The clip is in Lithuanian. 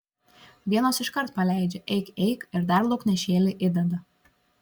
vienos iškart paleidžia eik eik ir dar lauknešėlį įdeda